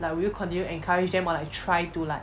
like will you continue encourage them or like try to like